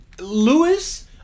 Lewis